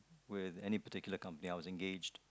with any particular company I was engaged